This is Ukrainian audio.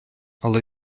але